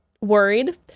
worried